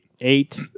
eight